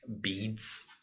beads